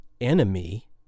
enemy